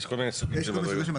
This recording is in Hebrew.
יש כל מיני סוגים של מדרגות,